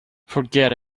forget